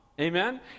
Amen